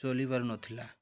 ଚଳି ପାରୁ ନଥିଲା